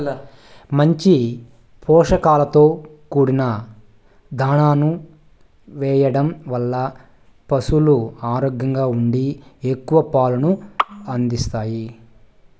మంచి పోషకాలతో కూడిన దాణాను ఎయ్యడం వల్ల పసులు ఆరోగ్యంగా ఉండి ఎక్కువ పాలను అందిత్తాయి